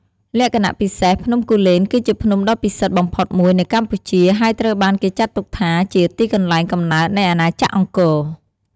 លក្ខណៈពិសេស ភ្នំគូលែនគឺជាភ្នំដ៏ពិសិដ្ឋបំផុតមួយនៅកម្ពុជា ហើយត្រូវបានគេចាត់ទុកថាជា ទីកន្លែងកំណើតនៃអាណាចក្រអង្គរ។